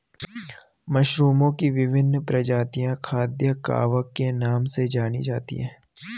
मशरूमओं की विभिन्न प्रजातियां खाद्य कवक के नाम से जानी जाती हैं